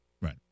right